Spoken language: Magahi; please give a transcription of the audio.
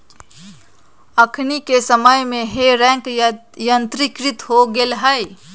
अखनि के समय में हे रेक यंत्रीकृत हो गेल हइ